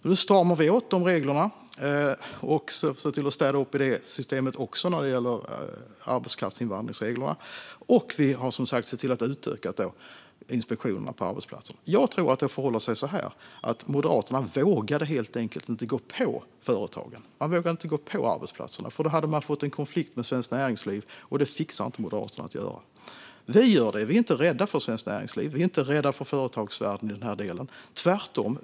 Nu stramar vi åt de reglerna och ser till att städa upp också i systemet som gäller arbetskraftsinvandringsreglerna. Vi har också sett till att utöka inspektionerna på arbetsplatserna. Jag tror att det förhåller sig som så att Moderaterna helt enkelt inte vågade gå på företagen. De vågade inte gå på arbetsplatserna. Då hade de nämligen fått en konflikt med Svenskt Näringsliv, och det fixar inte Moderaterna. Det gör vi. Vi är inte rädda för Svenskt Näringsliv. Vi är inte rädda för företagsvärlden i den delen - tvärtom.